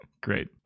Great